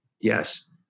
yes